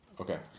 Okay